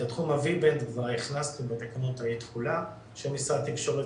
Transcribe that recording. את תחום ה-V-Band כבר הכנסנו במקומות שמשרד התקשורת